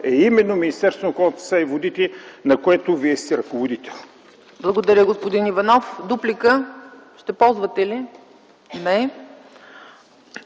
е именно Министерството на околната среда и водите, на което Вие сте ръководител.